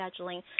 scheduling